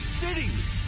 cities